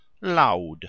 Loud